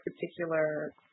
particular